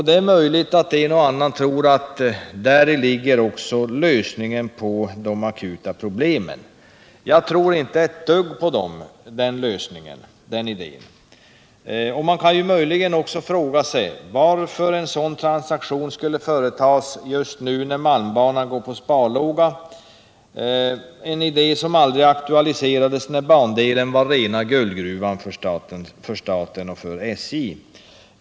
Det är möjligt att en och annan tror att däri ligger lösningen på de akuta problemen. Jag tror inte ett dugg på den idén. Man kan möjligen fråga sig varför en sådan transaktion skulle företas just nu, då malmbanan går på sparlåga, när idén aldrig aktualiserades under den tid då bandelen var rena guldgruvan för SJ och för staten.